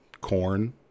corn